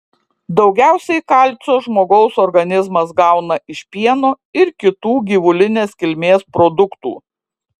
daugiausiai kalcio žmogaus organizmas gauna iš pieno ir kitų gyvulinės kilmės produktų